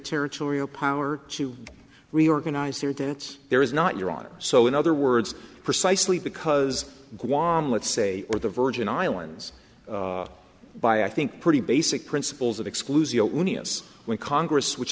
territorial power to reorganize their tents there is not your honor so in other words precisely because guam let's say or the virgin islands by i think pretty basic principles of exclusion when congress which